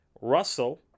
Russell